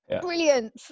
brilliant